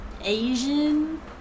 Asian